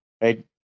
right